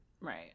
Right